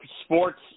sports